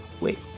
wait